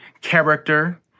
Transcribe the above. character